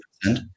percent